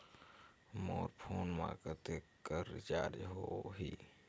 मोर phone मा कतेक कर रिचार्ज हो ही?